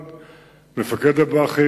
2-1. ב-23 באפריל 2009 חתם מפקד כוחות צה"ל באיו"ש